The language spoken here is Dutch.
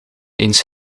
eens